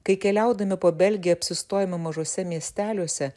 kai keliaudami po belgiją apsistojame mažuose miesteliuose